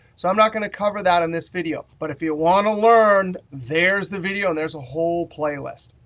so i'm not going to cover that in this video. but if you want to learn, there is the video. there's a whole playlist.